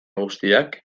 guztiak